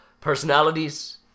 personalities